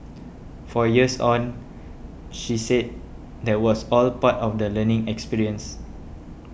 four years on she said that was all part of the learning experience